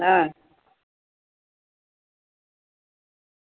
હા